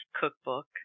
cookbook